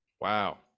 Wow